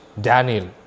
Daniel